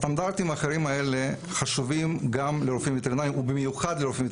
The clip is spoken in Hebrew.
הסטנדרטים האחרים האלה חשובים גם לרופאים וטרינרים ובמיוחד להם,